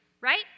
right